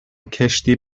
کشتی